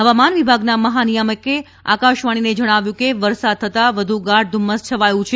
હવામાન વિભાગના મહાનિથામકે આકાશવાણીને જણાવ્યું કે વરસાદ થતાં વધુ ગાઢ ધુમ્મસ છવાયું છે